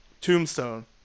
Tombstone